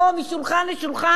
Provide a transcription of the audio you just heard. משולחן לשולחן.